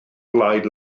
blaid